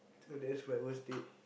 so that's my worst date